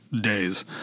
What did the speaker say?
days